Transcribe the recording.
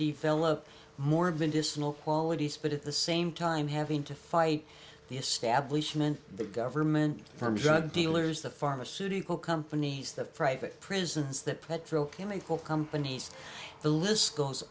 disloyal qualities but at the same time having to fight the establishment the government from drug dealers the pharmaceutical companies the private prisons that petrochemical compan